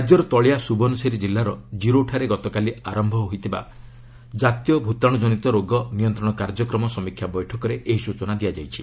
ରାଜ୍ୟର ତଳିଆ ସୁବନସିରି ଜିଲ୍ଲାର କିରୋଠାରେ ଗତକାଲି ଆରମ୍ଭ ହୋଇଥିଲା କାତୀୟ ଭୂତାଣୁଜନିତ ରୋଗ ନିୟନ୍ତ୍ରଣ କାର୍ଯ୍ୟକ୍ରମ ସମୀକ୍ଷା ବୈଠକରେ ଏହି ସ୍ବଚନା ଦିଆଯାଇଛି